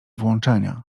włączenia